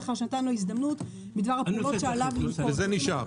לאחר שנתן לו הזדמנות,